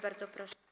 Bardzo proszę.